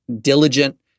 diligent